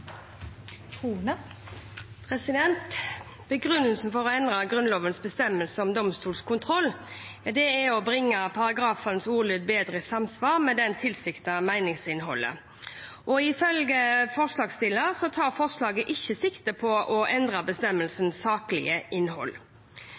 å bringe paragrafens ordlyd bedre i samsvar med det tilsiktede meningsinnholdet. Ifølge forslagsstillerne tar forslaget ikke sikte på å endre